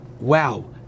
wow